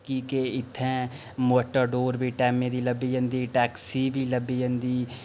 कि के इत्थै मैटाडोर बी टैमै दी लब्भी जंदी टैक्सी बी लब्भी जंदी